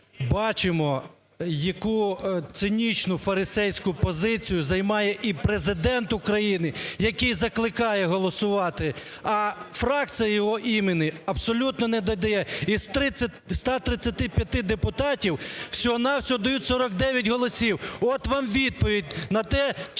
бачимо, яку цинічну фарисейську позицію займає і Президент України, який закликає голосувати, а фракція його імені абсолютно не додає, із 135 депутатів всього-на-всього дають 49 голосів. От вам відповідь на те, чи